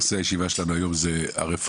נושא הישיבה שלנו היום זה הרפורמה